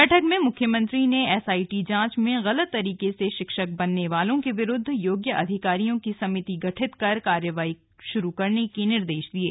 बैठक में मुख्यमंत्री ने एसआईटी जांच में गलत तरीके से शिक्षक बनने वालों के विरुद्ध योग्य अधिकारियों की समिति गठित कर कार्रवाई शुरू करने के निर्देश दिये